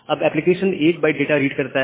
अब application 1 byte data read करता है